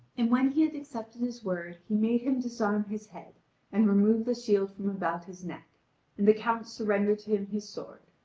and when he had accepted his word he made him disarm his head and remove the shield from about his neck, and the count surrendered to him his sword.